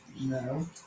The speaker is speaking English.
No